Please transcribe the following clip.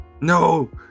no